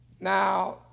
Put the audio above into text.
now